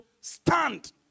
stand